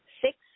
six